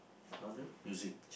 genre music